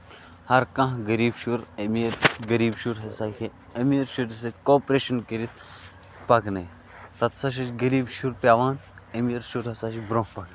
ہر کانہہ غریٖب شُر أمیٖر غریٖب شُر ہسا ہیٚکہِ ہے أمیٖر شُرِس سۭتۍ کوپریشَن کٔرِتھ پَکنٲوِتھ تَتیس ہسا چھُ یہِ غریٖب شُر پیوان أمیٖر شُر ہسا چھُ برونہہ پَکان